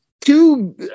two